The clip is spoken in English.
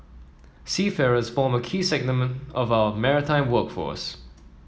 seafarers form a key segment of our maritime workforce